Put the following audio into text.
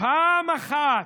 פעם אחת,